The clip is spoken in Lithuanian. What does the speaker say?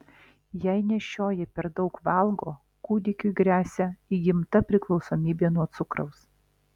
jei nėščioji per daug valgo kūdikiui gresia įgimta priklausomybė nuo cukraus